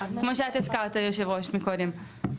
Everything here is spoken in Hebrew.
כמו שאת הזכרת היושבת-ראש מקודם,